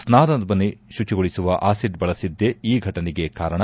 ಸ್ವಾನದ ಮನೆ ಶುಚಿಗೊಳಿಸುವ ಆಸಿಡ್ ಬಳಸಿದ್ದೆ ಈ ಫಟನೆಗೆ ಕಾರಣ